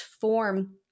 form